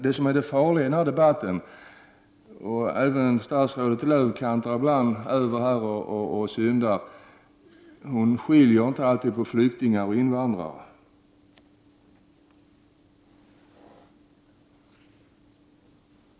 Det som är farligt i denna debatt — och här kan även statsrådet ibland synda — är att man inte alltid skiljer på flyktingar och invandrare.